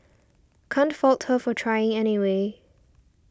can't fault her for trying anyway